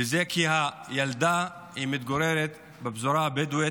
וזה כי הילדה מתגוררת בפזורה הבדואית,